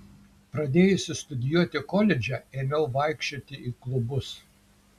pradėjusi studijuoti koledže ėmiau vaikščioti į klubus